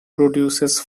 produces